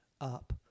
up